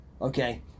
Okay